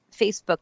Facebook